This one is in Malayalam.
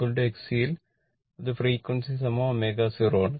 XLXC ൽ അത് ഫ്രീക്വൻസി ω0 ആണ്